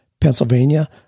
Pennsylvania